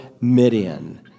Midian